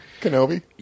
Kenobi